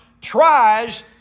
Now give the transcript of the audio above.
tries